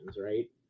right